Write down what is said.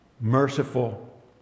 merciful